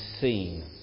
seen